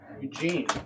Eugene